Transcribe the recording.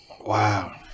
Wow